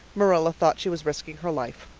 marilla thought she was risking her life.